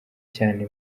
cyane